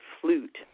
flute